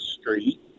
street